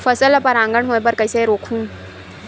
फसल ल परागण होय बर कइसे रोकहु?